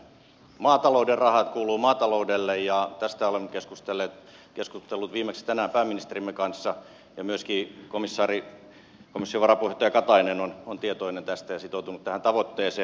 maatalouden rahat kuuluvat maataloudelle ja tästä olen keskustellut viimeksi tänään pääministerimme kanssa ja myöskin komission varapuheenjohtaja katainen on tietoinen tästä ja sitoutunut tähän tavoitteeseen